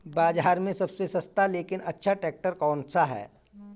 बाज़ार में सबसे सस्ता लेकिन अच्छा ट्रैक्टर कौनसा है?